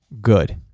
good